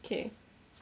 okay